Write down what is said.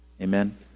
Amen